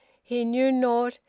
he knew naught,